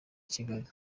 kigali